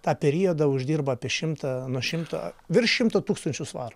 tą periodą uždirba apie šimtą nuo šimto virš šimto tūkstančių svarų